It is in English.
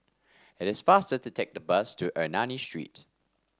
it is faster to take the bus to Ernani Street